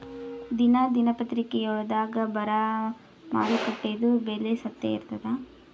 ದಿನಾ ದಿನಪತ್ರಿಕಾದೊಳಾಗ ಬರಾ ಮಾರುಕಟ್ಟೆದು ಬೆಲೆ ಸತ್ಯ ಇರ್ತಾದಾ?